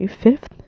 fifth